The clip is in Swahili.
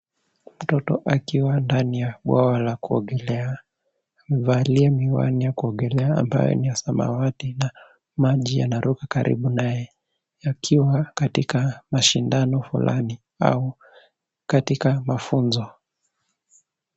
Mtoto akiwa ndani ya bwawa la kuogelea. Amevalia miwani ya kuogelea ambayo ni ya samawati na maji yanaruka karibu naye, yakiwa katika mashindano fulani au katika mafunzo.